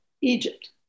Egypt